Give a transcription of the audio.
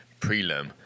prelim